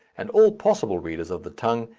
and all possible readers of the tongue,